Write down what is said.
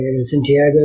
Santiago